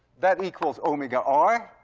that equals omega r.